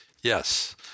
Yes